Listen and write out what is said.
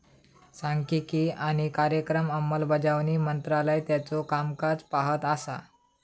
सांख्यिकी आणि कार्यक्रम अंमलबजावणी मंत्रालय त्याचो कामकाज पाहत असा